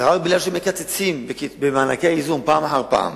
ורק משום שמקצצים במענקי האיזון פעם אחר פעם,